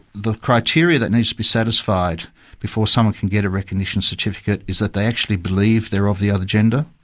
the criteria that needs to be satisfied before someone can get a recognition certificate is that they actually believe they're of the other gender.